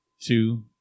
two